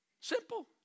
Simple